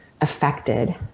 affected